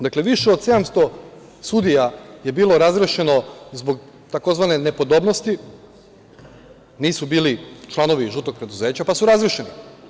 Dakle, više od 700 sudija je bilo razrešeno zbog tzv. nepodobnosti, nisu bili članovi žutog preduzeća, pa su razrešeni.